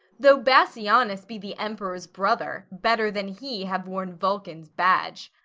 though bassianus be the emperor's brother, better than he have worn vulcan's badge.